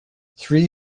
three